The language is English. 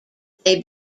they